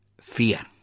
fear